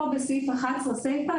פה בסעיף 11 סייפא,